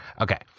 Okay